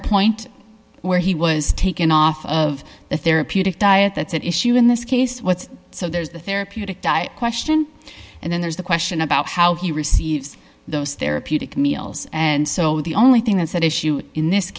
a point where he was taken off of the therapeutic diet that's at issue in this case what's so there's the therapeutic diet question and then there's the question about how he receives those therapeutic meals and so the only thing that's at issue in this